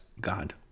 God